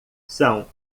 são